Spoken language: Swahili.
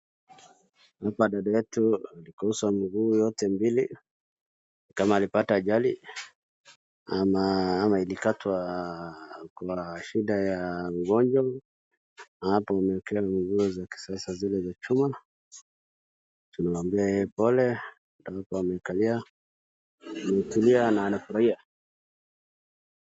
Hapa dada yetu amekosa miguu yote mbili, ni kama alipata ajali ama ilikatwa kwa shida ya ugonjwa hapo amewekew miguu za kisasa zile za chuma, tunaambie yeye pole, hapo amekalia ametulia na amefurahia.